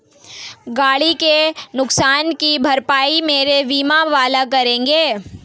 गाड़ी के नुकसान की भरपाई मेरे बीमा वाले करेंगे